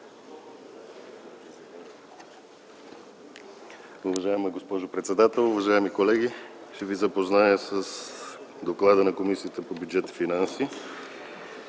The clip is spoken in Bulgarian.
Уважаема госпожо председател, уважаеми колеги! Ще ви запозная с доклада на Комисията по бюджет и финанси: